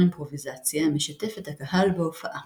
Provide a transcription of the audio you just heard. אימפרוביזציה המשתף את הקהל בהופעה.